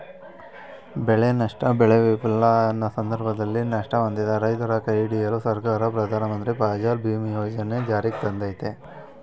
ಬೆಳೆನಷ್ಟ ಬೆಳೆ ವಿಫಲ ಸಂದರ್ಭದಲ್ಲಿ ನಷ್ಟ ಹೊಂದಿದ ರೈತರ ಕೈಹಿಡಿಯಲು ಸರ್ಕಾರ ಪ್ರಧಾನಮಂತ್ರಿ ಫಸಲ್ ಬಿಮಾ ಯೋಜನೆ ಜಾರಿಗ್ತಂದಯ್ತೆ